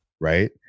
right